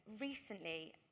recently